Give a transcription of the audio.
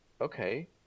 okay